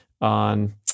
on